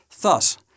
Thus